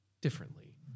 differently